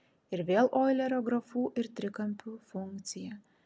ir vėl oilerio grafų ir trikampių funkcija